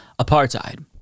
apartheid